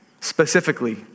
Specifically